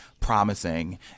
promising